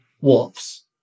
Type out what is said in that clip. Wolves